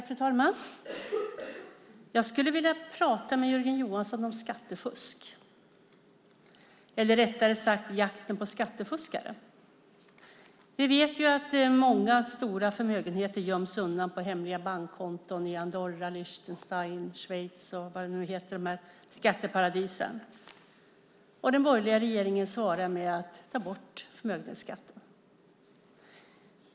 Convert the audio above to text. Fru talman! Jag skulle vilja prata med Jörgen Johansson om skattefusk eller, rättare sagt, jakten på skattefuskare. Vi vet att många stora förmögenheter göms undan på hemliga bankkonton i Andorra, Liechtenstein, Schweiz och vad de här skatteparadisen nu heter. Den borgerliga regeringen svarar med att ta bort förmögenhetsskatten.